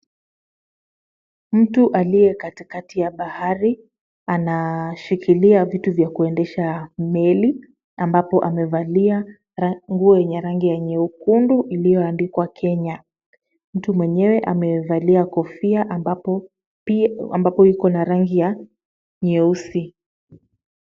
Mtu aliye katikati ya bahari anashikilia vitu vya kuendesha meli ambapo amevalia nguo yenye rangi ya nyekundu iliyoandikwa Kenya. Mtu mwenyewe amevalia kofia ambapo iko na rangi ya nyeusi.